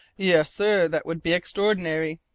yes, sir, that would be extraordinary,